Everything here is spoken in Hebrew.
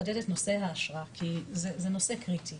לחדד את נושא האשרה כי זה נושא קריטי,